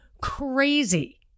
crazy